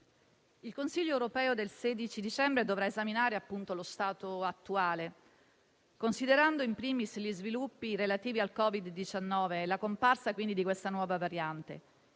il Consiglio europeo del 16 dicembre dovrà esaminare lo stato attuale, considerando *in primis* gli sviluppi relativi al Covid-19 e la comparsa di questa nuova variante,